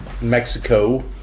Mexico